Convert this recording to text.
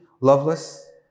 loveless